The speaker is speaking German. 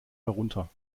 herunter